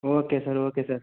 okay sir okay sir